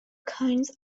coins